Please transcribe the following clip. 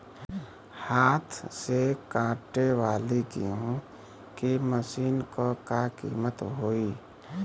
हाथ से कांटेवाली गेहूँ के मशीन क का कीमत होई?